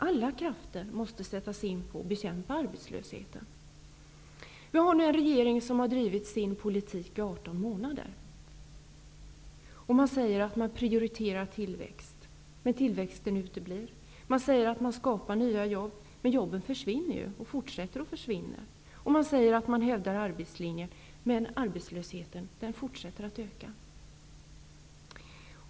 Alla krafter måste sättas in för att bekämpa arbetslösheten. Vi har nu en regering som har drivit sin politik i 18 månader. Man säger att man prioriterar tillväxten, men tillväxten uteblir. Man säger att man skapar nya jobb, men jobben försvinner, och de fortsätter att försvinna. Man säger att man hävdar arbetslinjen, men arbetslösheten fortsätter att öka.